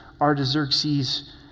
Artaxerxes